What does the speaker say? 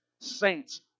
saints